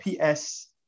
PS